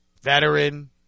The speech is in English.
veteran